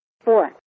Four